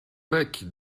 bec